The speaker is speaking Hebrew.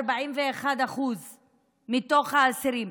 41% מתוך האסירים,